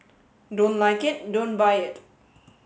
don't like it don't buy it